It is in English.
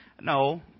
no